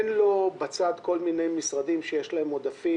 אין לו בצד כל מיני משרדים שיש להם עודפים